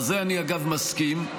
אני מסכים.